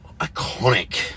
iconic